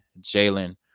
Jalen